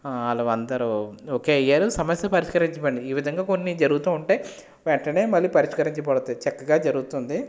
వాళ్ళందరూ ఓకే అయ్యారు సమస్య పరిష్కరించబడింది ఈ విధంగా కొన్ని జరుగుతూ ఉంటాయి వెంటనే మళ్ళీ పరిష్కరించబడతాయి చక్కగా జరుగుతుంది